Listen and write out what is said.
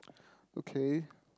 okay